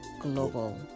global